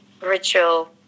ritual